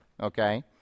okay